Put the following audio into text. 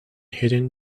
hidden